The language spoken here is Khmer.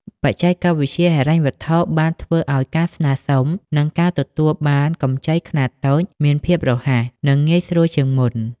បច្ចេកវិទ្យាហិរញ្ញវត្ថុ បានធ្វើឱ្យការស្នើសុំ និងការទទួលបានកម្ចីខ្នាតតូចមានភាពរហ័ស និងងាយស្រួលជាងមុន។